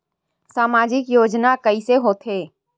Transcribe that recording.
सामजिक योजना कइसे होथे?